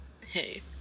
Hey